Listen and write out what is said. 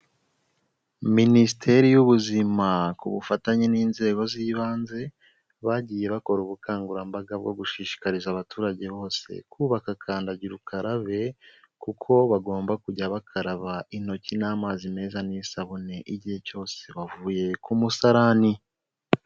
Minisiteri y'ubuzima ku bufatanye n'inzego z'ibanze, bagiye bakora ubukangurambaga bwo gushishikariza abaturage bose kubaka kandagira ukarabe kuko bagomba kujya bakaraba intoki n'amazi meza n'isabune igihe cyose bavuye ku musarani.